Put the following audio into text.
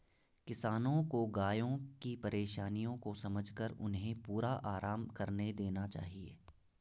किसानों को गायों की परेशानियों को समझकर उन्हें पूरा आराम करने देना चाहिए